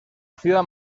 ciudad